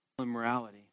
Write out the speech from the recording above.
Immorality